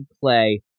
play